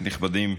נכבדים,